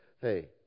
Hey